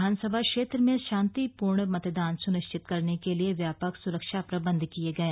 विधानसभा क्षेत्र में शांतिपूर्ण मतदान सुनिश्चित करने के लिए व्यापक सुरक्षा प्रबंध किए गए